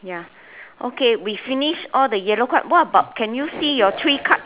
ya okay we finish all the yellow card what about can you see your three card